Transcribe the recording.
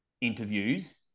interviews